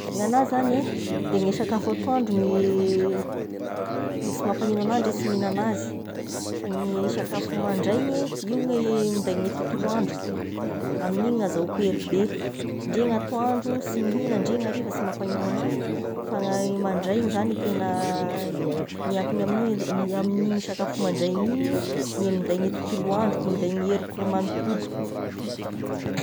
Ny anahy zagny e da ny sakafo atoandro gne no sy mampagnino agnahy ndre sy mihignagna azy, fa ny sakafo mandreigny io no minday ny tontolo androko, amin'igny no azahoako hery be, ndre gny atoandro sy mihignany ndre gny hariva sy mampagnino agnahy, fa ny mandreigny zany tegna miankina amin'igny, miankina amin'iny sakafo mandreigny igny ny minday ny tontolo androko ny minday ny heriko iray manontolo.